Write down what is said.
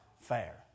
fair